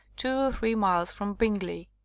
two or three miles from bingley.